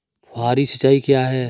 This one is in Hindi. फुहारी सिंचाई क्या है?